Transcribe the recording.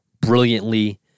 brilliantly